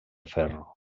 ferro